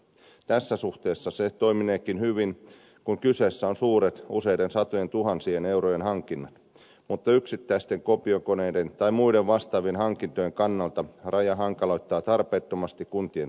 tässä suhteessa se toimineekin hyvin kun kyseessä ovat suuret useiden satojentuhansien eurojen hankinnat mutta yksittäisten kopiokoneiden tai muiden vastaavien hankintojen kannalta raja hankaloittaa tarpeettomasti kuntien toimintaa